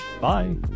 bye